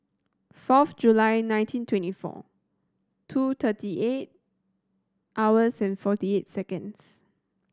fourth July nineteen twenty four two thirty eight hours and forty eight seconds